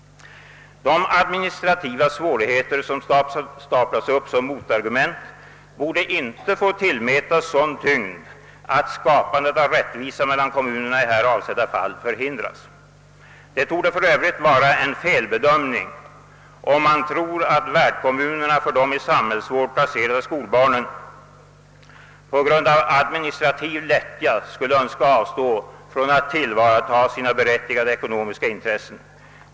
De administrativa svårigheter som staplas upp som motargument borde icke få tillmätas sådan tyngd, att skapandet av rättvisa mellan kommunerna i här avsedda fall förhindras. Det torde för övrigt vara en felbedömning om man tror, att värdkommunerna för de i samhällsvård placerade skolbarnen på grund av administrativ lättja skulle önska avstå från att tillvarata sina berättigade ekonomiska intressen.